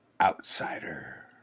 Outsider